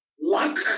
luck